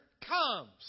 comes